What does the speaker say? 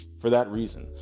for that reason,